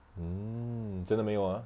hmm 你真的没有 ah